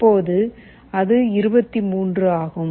இப்போது அது 23 ஆகும்